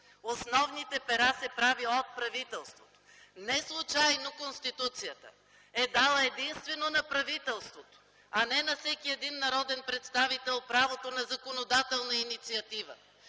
основните пера се правят от правителството. Неслучайно Конституцията е дала единствено на правителството, а не на всеки един народен представител правото на законодателна инициатива.